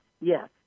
yes